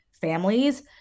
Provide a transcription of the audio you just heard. families